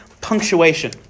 punctuation